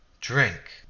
drink